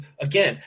again